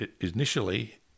initially